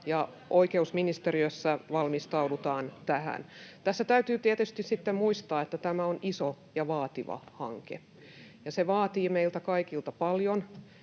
oikeusministeriössä valmistaudutaan tähän. Tässä täytyy tietysti sitten muistaa, että tämä on iso ja vaativa hanke. Se vaatii meiltä kaikilta paljon,